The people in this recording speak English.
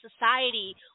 society